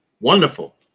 Wonderful